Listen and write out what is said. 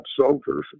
soldiers